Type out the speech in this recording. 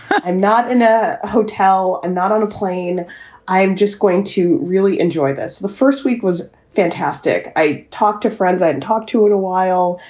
i'm not in a hotel and not on a plane i'm just going to really enjoy this. the first week was fantastic. i talked to friends i and talked to in a while.